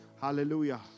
Hallelujah